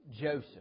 Joseph